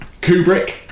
Kubrick